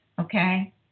Okay